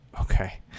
Okay